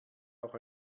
auch